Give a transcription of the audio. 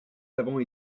avons